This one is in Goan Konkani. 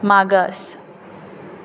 मागास